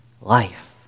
Life